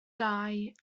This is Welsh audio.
dau